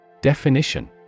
Definition